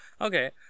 okay